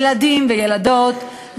ילדים וילדות,